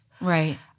Right